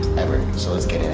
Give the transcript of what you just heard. ever! so let's get in it.